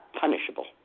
punishable